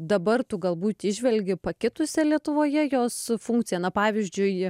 dabar tu galbūt įžvelgi pakitusią lietuvoje jos funkciją na pavyzdžiui